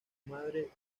madre